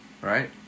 Right